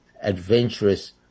adventurous